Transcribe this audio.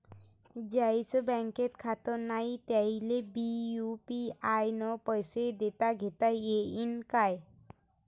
ज्याईचं बँकेत खातं नाय त्याईले बी यू.पी.आय न पैसे देताघेता येईन काय?